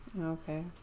Okay